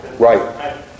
Right